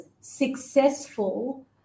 successful